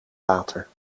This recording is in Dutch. water